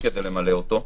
שינוי מהותי,